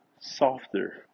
softer